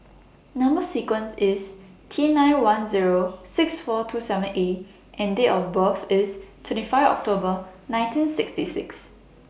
Number sequence IS T nine one Zero six four two seven A and Date of birth IS twenty five October nineteen sixty six